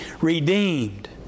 redeemed